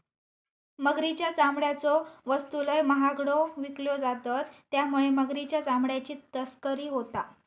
मगरीच्या चामड्याच्यो वस्तू लय महागड्यो विकल्यो जातत त्यामुळे मगरीच्या चामड्याची तस्करी होता